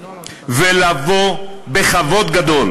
ולבוא בכבוד גדול